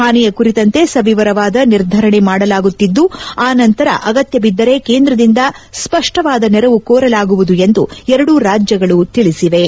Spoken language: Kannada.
ಹಾನಿಯ ಕುರಿತಂತೆ ಸವಿರವಾದ ನಿರ್ಧರಣೆ ಮಾಡಲಾಗುತ್ತಿದ್ದು ಆ ನಂತರ ಅಗತ್ಯಬಿದ್ದರೆ ಕೇಂದ್ರದಿಂದ ಸ್ಪಷ್ಟವಾದ ನೆರವು ಕೋರಲಾಗುವುದು ಎಂದು ಎರಡೂ ರಾಜ್ವಗಳು ತಿಳಿಸಿವೆ